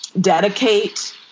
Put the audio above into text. dedicate